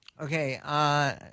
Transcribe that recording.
Okay